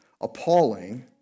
appalling